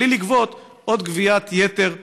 בלי לגבות עוד גביית יתר מההורים,